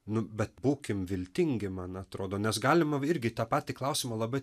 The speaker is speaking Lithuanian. nu bet būkim viltingi man atrodo nes galima irgi į tą patį klausimą labai